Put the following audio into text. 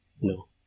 No